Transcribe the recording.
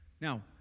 Now